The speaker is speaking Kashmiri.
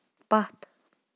پتھ